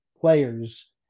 players